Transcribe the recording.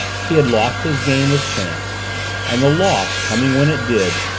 he had lost his game with chance and the loss, coming when it did,